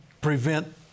prevent